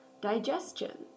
digestion